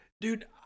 Dude